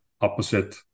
opposite